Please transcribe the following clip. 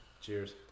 Cheers